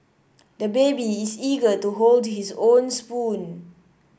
the baby is eager to hold his own spoon